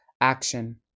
action